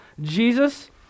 Jesus